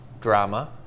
drama